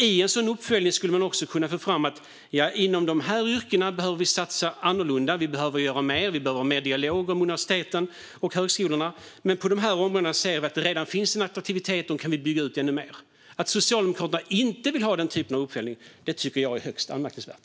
I en sådan uppföljning skulle man ju kunna få fram att man inom vissa yrken behöver satsa annorlunda, göra mer och ha mer dialog med universiteten och högskolorna medan man på andra områden redan har en attraktivitet och då kan bygga ut dem ännu mer. Att Socialdemokraterna inte vill ha en sådan uppföljning tycker jag är högst anmärkningsvärt.